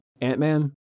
Ant-Man